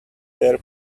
their